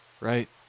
Right